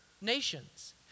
nations